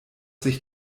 sich